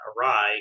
awry